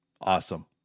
Awesome